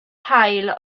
haul